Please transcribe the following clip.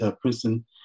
princeton